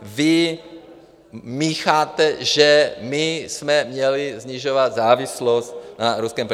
Vy mícháte, že my jsme měli snižovat závislost na ruském plynu.